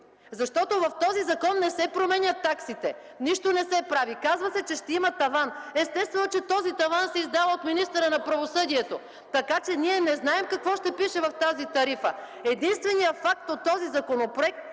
В този закон не се променят таксите, нищо не се прави. Казва се, че ще има таван. Естествено че този таван се издава от министъра на правосъдието, така че ние не знаем какво ще пише в тази тарифа. Единственият факт от този законопроект